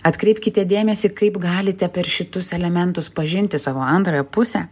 atkreipkite dėmesį kaip galite per šitus elementus pažinti savo antrąją pusę